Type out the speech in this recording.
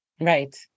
Right